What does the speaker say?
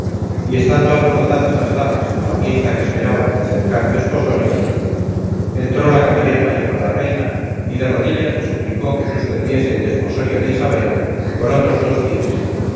y estando alborozadas las damas por la fiesta que esperaban del cercano desposorio entró la camarera mayor a la reina y de rodillas le suplicó que suspendiese el desposorio de isabela por otros dos días